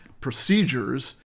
procedures